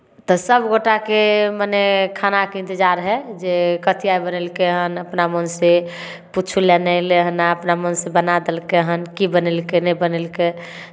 तऽ सभ गोटाके मने खानाके इन्तजार हइ जे कथि आइ बनेलकै हन अपना मोनसँ पुछहो लेल नहि अयलै हन आ अपना मोनसँ बना देलकै हन की बनेलकै नहि बनेलकै